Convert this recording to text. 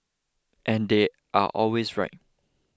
and they are always right